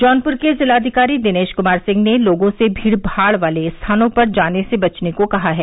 जौनपुर के जिलाधिकारी दिनेश कुमार सिंह ने लोगों से भीड़ भाड़ वाले स्थानों पर जाने से बचने को कहा है